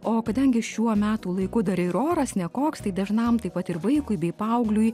o kadangi šiuo metų laiku dar ir oras nekoks tai dažnam taip pat ir vaikui bei paaugliui